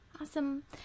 Awesome